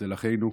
אצל אחינו.